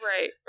Right